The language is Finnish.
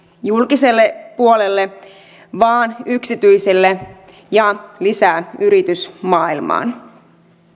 julkiselle puolelle vaan yksityiselle ja lisää yritysmaailmaan